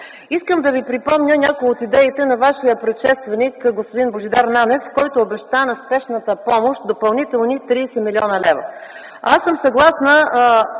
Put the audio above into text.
помощ. Ще ви припомня някои от идеите на Вашия предшественик господин Божидар Нанев, който обеща на спешната помощ допълнителни 30 млн. лв. Аз съм съгласна